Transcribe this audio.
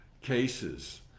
cases